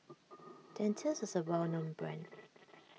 Dentiste is a well known brand